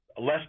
less